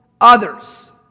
others